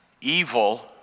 Evil